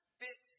fit